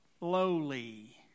lowly